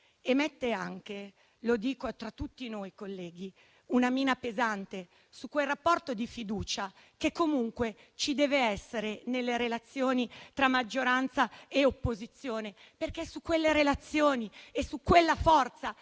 che quanto accaduto mette una mina pesante su quel rapporto di fiducia che comunque ci deve essere nelle relazioni tra maggioranza e opposizione, perché è su quelle relazioni e su quella forza